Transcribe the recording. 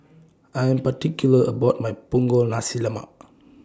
I Am particular about My Punggol Nasi Lemak